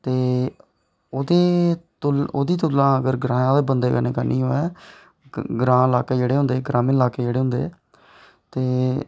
ते ओह्दे ते ओह्दी तुलना अगर ग्रांऽ दे बंदे कन्नै करनी होऐ ग्रांऽ दे इलाके जेह्ड़े होंदे ग्रामीण इलाके जेह्ड़े होंदे ते